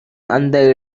அந்த